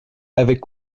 avait